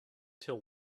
till